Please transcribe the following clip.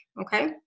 okay